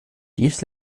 dies